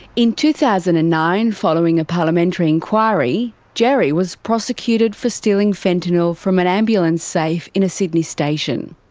in two thousand and nine, following a parliamentary inquiry, gerry was prosecuted for stealing fentanyl from an ambulance safe in a sydney station.